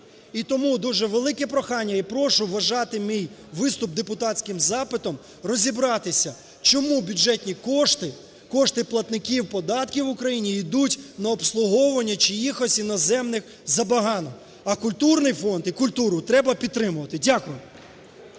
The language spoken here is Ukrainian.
І тому дуже велике прохання і прошу вважати мій виступ депутатським запитом, розібратися, чому бюджетні кошти, кошти платників податків в Україні ідуть на обслуговування чиїхось іноземних забаганок. А культурний фонд і культуру треба підтримувати. Дякую.